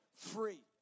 free